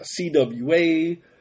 CWA